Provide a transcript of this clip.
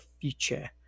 future